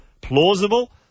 Plausible